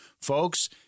folks